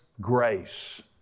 grace